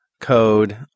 code